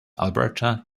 alberta